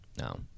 No